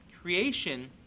Creation